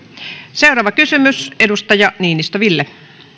seuraava kysymys edustaja ville niinistö